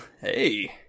Hey